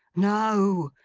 no.